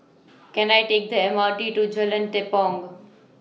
Can I Take The M R T to Jalan Tepong